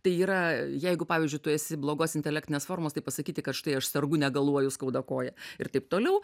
tai yra jeigu pavyzdžiui tu esi blogos intelektinės formos tai pasakyti kad štai aš sergu negaluoju skauda koją ir taip toliau